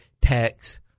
tax